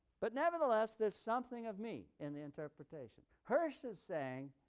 but nevertheless there's something of me in the interpretation. hirsch is saying,